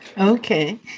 Okay